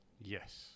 Yes